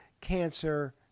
Cancer